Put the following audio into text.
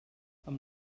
amb